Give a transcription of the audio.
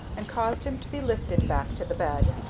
and caused him to be lifted back to the bed,